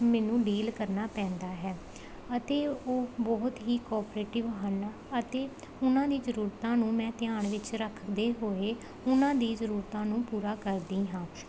ਮੈਨੂੰ ਡੀਲ ਕਰਨਾ ਪੈਂਦਾ ਹੈ ਅਤੇ ਉਹ ਬਹੁਤ ਹੀ ਕੋਪ੍ਰੇਟਿਵ ਹਨ ਅਤੇ ਉਹਨਾਂ ਦੀ ਜ਼ਰੂਰਤਾਂ ਨੂੰ ਮੈਂ ਧਿਆਨ ਵਿੱਚ ਰੱਖਦੇ ਹੋਏ ਉਹਨਾਂ ਦੀ ਜ਼ਰੂਰਤਾਂ ਨੂੰ ਪੂਰਾ ਕਰਦੀ ਹਾਂ